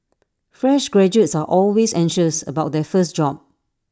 fresh graduates are always anxious about their first job